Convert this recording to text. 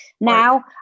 Now